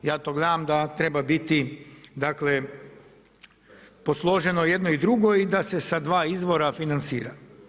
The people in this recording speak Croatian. Ja to gledam da treba biti posloženo i jedno i drugo i da se sa dva izvora financira.